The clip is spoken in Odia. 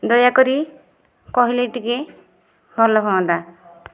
ଦୟାକରି କହିଲେ ଟିକେ ଭଲ ହୁଅନ୍ତା